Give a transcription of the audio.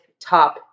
top